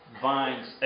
vines